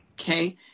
Okay